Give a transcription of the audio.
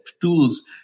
tools